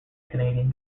canadian